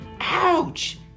Ouch